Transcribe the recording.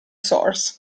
source